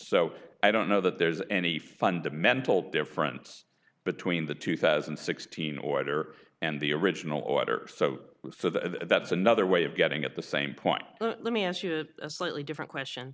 so i don't know that there's any fundamental difference between the two thousand and sixteen order and the original order so that's another way of getting at the same point let me ask you a slightly different question